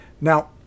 Now